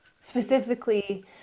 Specifically